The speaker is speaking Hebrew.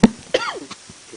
אני